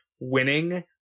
winning